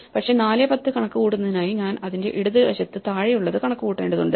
പക്ഷേ 4 10 കണക്കുകൂട്ടുന്നതിനായി ഞാൻ അതിന്റെ ഇടതുവശത്തു താഴെയുള്ളത് കണക്കുകൂട്ടേണ്ടതുണ്ട്